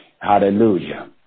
Hallelujah